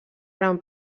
gran